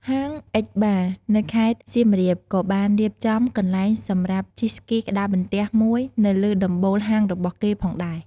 ហាង អិច បារ (X Ba) នៅខេត្តសៀមរាបក៏បានរៀបចំកន្លែងសម្រាប់ជិះស្គីក្ដារបន្ទះមួយនៅលើដំបូលហាងរបស់គេផងដែរ។